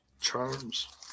Charms